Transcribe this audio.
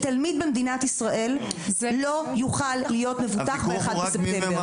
שכל תלמיד במדינת ישראל יהיה מבוטח עם פתיחת השנה,